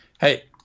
Hey